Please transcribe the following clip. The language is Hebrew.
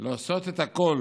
לעשות את הכול